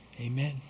amen